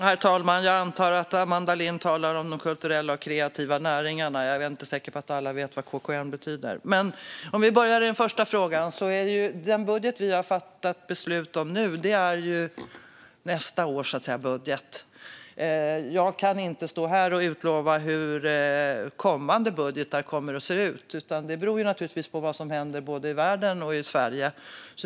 Herr talman! Jag antar att Amanda Lind talar om de kulturella och kreativa näringarna. Jag är inte säker på att alla vet vad KKN betyder. För att börja med den första frågan är den budget vi har fattat beslut om nu budgeten för nästa år. Jag kan inte stå här och lova hur kommande budgetar kommer att se ut. Det beror naturligtvis på vad som händer både i världen och i Sverige.